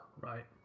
right